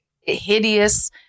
hideous